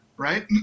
right